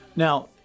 Now